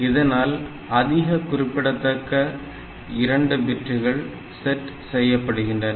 இதனால் அதிக குறிப்பிடத்தக்க 2 பிட்டுகள் செட் செய்யப்படுகின்றன